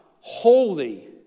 holy